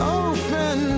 open